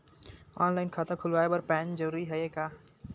Online खाता खुलवाय बर पैन जरूरी हे का?